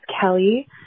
Kelly